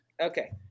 Okay